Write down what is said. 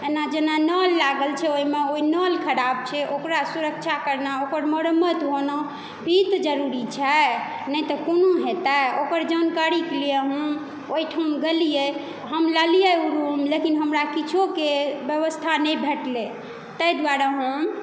एना जेना नल लागल छै ओहिमे ओहि नल ख़राब छै ओकरा सुरक्षा करना ओकर मरम्मत होना ई तऽ जरूरी छै नहि तऽ कोना हेतै ओकर जानकारीके लिय हम ओहिठाम गेलियै हम लेलियै ओ रूम लेकिन हमरा किछोके व्यवस्था नहि भेटलै ताहि दुआरे हम